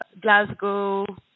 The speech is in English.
Glasgow